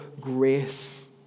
grace